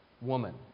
woman